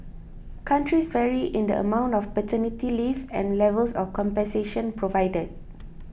countries vary in the amount of paternity leave and levels of compensation provided